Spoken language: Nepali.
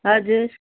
हजुर